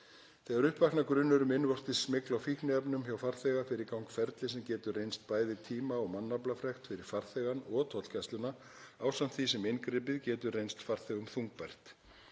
Þegar upp vaknar grunur um innvortis smygl á fíkniefnum hjá farþega fer í gang ferli sem getur reynst bæði tíma- og mannaflafrekt fyrir farþegann og tollgæsluna ásamt því sem inngripið getur reynst farþegum þungbært.